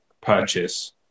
purchase